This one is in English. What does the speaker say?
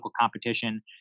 competition